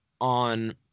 on